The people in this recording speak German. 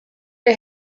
der